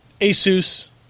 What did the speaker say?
Asus